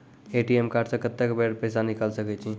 ATM card से कत्तेक बेर पैसा निकाल सके छी?